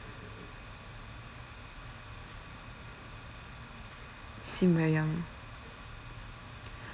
seem very young